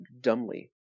dumbly